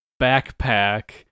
backpack